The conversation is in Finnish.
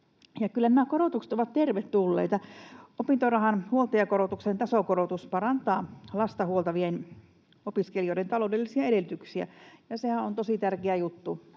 nämä korotukset ovat tervetulleita. Opintorahan huoltajakorotuksen tasokorotus parantaa lasta huoltavien opiskelijoiden taloudellisia edellytyksiä, ja sehän on tosi tärkeä juttu.